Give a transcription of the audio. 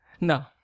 No